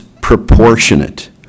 proportionate